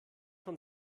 von